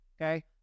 okay